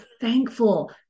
thankful